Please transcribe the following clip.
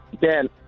Dan